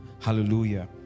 hallelujah